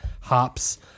hops